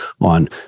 on